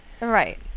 Right